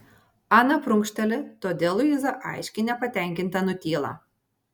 ana prunkšteli todėl luiza aiškiai nepatenkinta nutyla